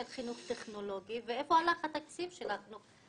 חינוך טכנולוגי ואיפה הלך התקציב של החינוך